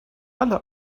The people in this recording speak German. alle